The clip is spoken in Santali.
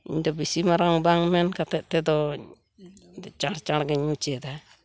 ᱤᱧᱫᱚ ᱵᱤᱥᱤ ᱢᱟᱨᱟᱝ ᱵᱟᱝ ᱢᱮᱱ ᱠᱟᱛᱮᱫ ᱛᱮᱫᱚᱧ ᱤᱧ ᱫᱚᱧ ᱪᱟᱬ ᱪᱟᱬ ᱜᱮᱧ ᱢᱩᱪᱟᱹᱫᱟ